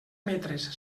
metres